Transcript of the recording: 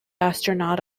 astronaut